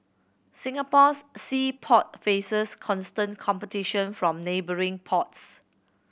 Singapore's sea port faces constant competition from neighbouring ports